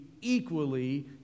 equally